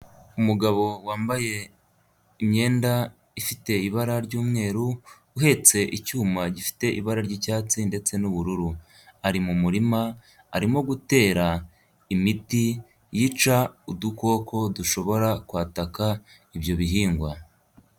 Umugabo wambaye imyenda ifite ibara ry'umweru uhetse icyuma gifite ibara ry'icyatsi ndetse n'ubururu. Ari mu murima arimo gutera imiti yica udukoko dushobora kwataka ibyo bihingwa.